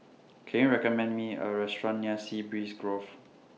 Can YOU recommend Me A Restaurant near Sea Breeze Grove